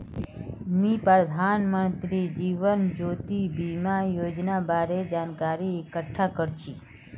मी प्रधानमंत्री जीवन ज्योति बीमार योजनार बारे जानकारी इकट्ठा कर छी